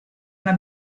una